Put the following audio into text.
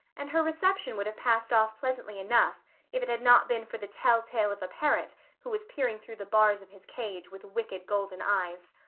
and her reception would have passed off pleasantly enough if it had not been for the telltale of a parrot who was peering through the bars of his cage with wicked golden eyes.